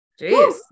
Jeez